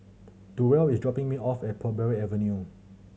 Durrell is dropping me off at Parbury Avenue